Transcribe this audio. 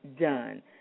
done